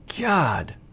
God